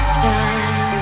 time